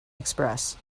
express